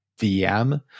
VM